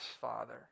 father